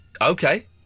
Okay